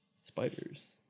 Spiders